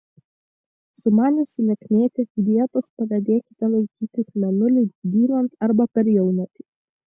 sumaniusi lieknėti dietos pradėkite laikytis mėnuliui dylant arba per jaunatį